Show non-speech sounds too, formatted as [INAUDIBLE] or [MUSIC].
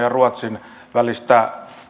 [UNINTELLIGIBLE] ja ruotsin välistä